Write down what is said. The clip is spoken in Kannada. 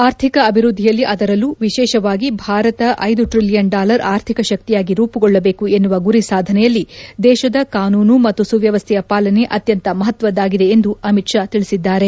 ಆರ್ಥಿಕ ಅಭಿವ್ಯದ್ಲಿಯಲ್ಲಿ ಅದರಲ್ಲೂ ವಿಶೇಷವಾಗಿ ಭಾರತ ಐದು ಟ್ರಲಿಯನ್ ಡಾಲರ್ ಆರ್ಥಿಕ ಶಕ್ತಿಯಾಗಿ ರೂಪುಗೊಳ್ಳಬೇಕು ಎನ್ನುವ ಗುರಿ ಸಾಧನೆಯಲ್ಲಿ ದೇಶದ ಕಾನೂನು ಮತ್ತು ಸುವ್ದವಸ್ಥೆಯ ಪಾಲನೆ ಅತ್ಯಂತ ಮಹತ್ವದ್ದಾಗಿದೆ ಎಂದು ಅಮಿತ್ ಶಾ ತಿಳಿಸಿದರು